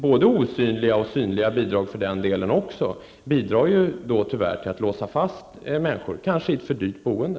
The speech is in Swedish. Både osynliga och synliga bidrag bidrar tyvärr till att låsa fast människor i ett för dyrt boende.